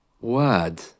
Word